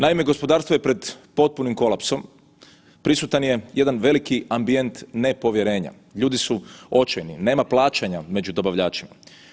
Naime, gospodarstvo je pred potpunim kolapsom, prisutan je jedan veliki ambijent nepovjerenja, ljudi su očajni, nema plaćanja među dobavljačima.